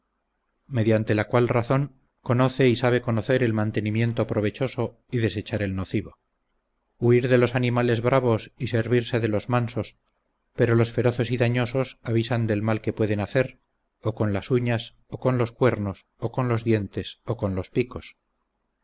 mediante la cual razón conoce y sabe conocer el mantenimiento provechoso y desechar el nocivo huir de los animales bravos y servirse de los mansos pero los feroces y dañosos avisan del mal que pueden hacer o con las uñas o con los cuernos o con los dientes o con los picos